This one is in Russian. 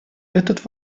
этот